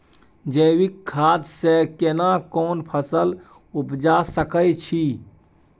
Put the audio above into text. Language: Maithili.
जैविक खाद से केना कोन फसल उपजा सकै छि?